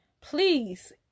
please